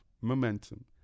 momentum